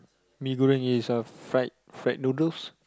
mee-goreng is a fried fried noodles